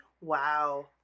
Wow